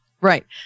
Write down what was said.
Right